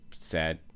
sad